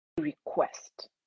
request